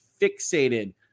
fixated